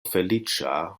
feliĉa